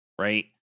Right